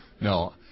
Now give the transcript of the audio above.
No